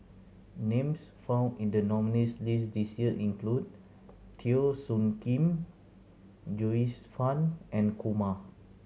names found in the nominees' list this year include Teo Soon Kim Joyce Fan and Kumar